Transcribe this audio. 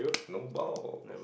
no balls